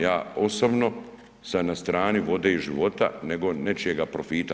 Ja osobno sam na strani vode i života nego nečijega profita.